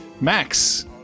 max